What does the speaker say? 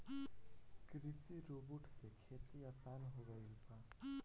कृषि रोबोट से खेती आसान हो गइल बा